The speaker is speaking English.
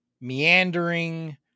meandering